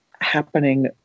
happening